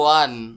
one